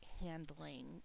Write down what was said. handling